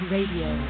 Radio